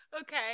okay